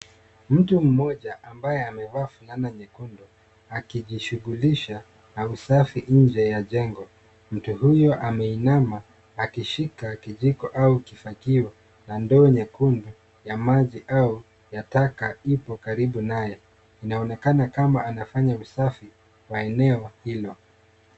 Mtu mmoja ambaye amevaa fulana nyekundu. Akijishughulisha na usafi nje ya jengo. Mtu huyo ameinama akishika kijiko au kifaa na ndoo nyekundu ya maji au ya taka ipo karibu naye. Inaonekana kama anafanya usafi wa eneo hilo.